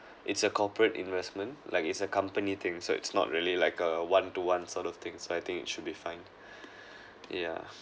it's a corporate investment like it's a company thing so it's not really like a one to one sort of thing so I think it should be fine yeah